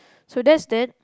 so that's that